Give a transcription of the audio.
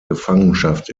gefangenschaft